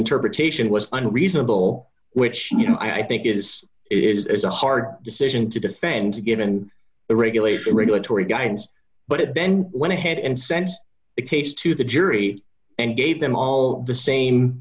interpretation was unreasonable which you know i think is it is a hard decision to defend to given the regulation regulatory guidance but it then went ahead and sent a case to the jury and gave them all the same